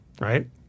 Right